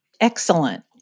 Excellent